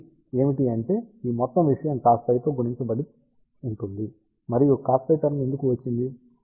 కాబట్టి ఏమిటి అంటే ఈ మొత్తం విషయం cosφ తో గుణించబడి ఉంతుంది మరియు cosφ టర్మ్ ఎందుకు వచ్చింది